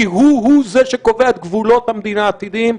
כי הוא הוא זה שקובע את גבולות המדינה העתידיים.